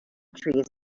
trees